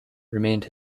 remained